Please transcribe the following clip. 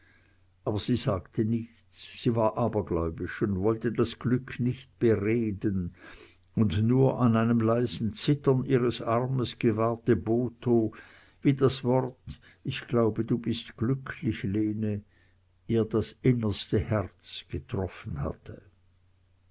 aber sie sagte nichts sie war abergläubisch und wollte das glück nicht bereden und nur an einem leisen zittern ihres arms gewahrte botho wie das wort ich glaube du bist glücklich lene ihr das innerste herz getroffen hatte